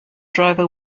driver